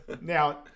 Now